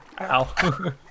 ow